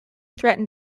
threatened